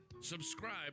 Subscribe